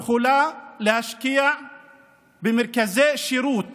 יכול להשקיע במרכזי שירות